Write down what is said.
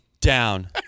Down